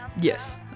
Yes